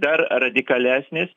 dar radikalesnis